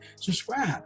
subscribe